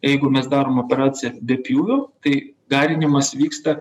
jeigu mes darom operaciją be pjūvio tai garinimas vyksta